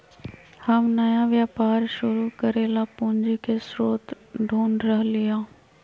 हम नया व्यापार शुरू करे ला पूंजी के स्रोत ढूढ़ रहली है